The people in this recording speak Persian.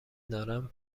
دارند